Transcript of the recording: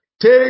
Take